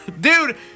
dude